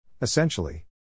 Essentially